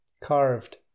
carved